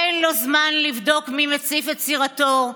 אין לו זמן לבדוק מי מציף את סירתו,